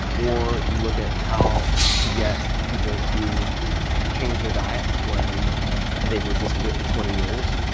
or you look at how to get people to change their diet when they've resisted it for twenty years,